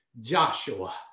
Joshua